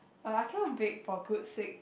but I cannot bake for good sake